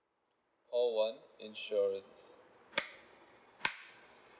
call one insurance